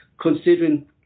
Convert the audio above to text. considering